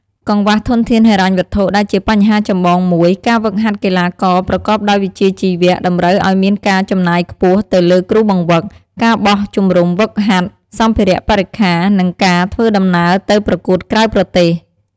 កង្វះធនធានហិរញ្ញវត្ថុ ដែលជាបញ្ហាចម្បងមួយ ការហ្វឹកហាត់កីឡាករប្រកបដោយវិជ្ជាជីវៈ តម្រូវឱ្យមានការចំណាយខ្ពស់ទៅលើគ្រូបង្វឹក ការបោះជំរុំហ្វឹកហាត់ សម្ភារៈបរិក្ខារ និងការធ្វើដំណើរទៅប្រកួតក្រៅប្រទេស។